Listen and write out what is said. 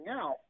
out